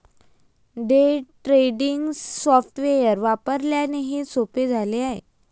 day trading software वापरल्याने हे सोपे झाले आहे